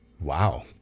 Wow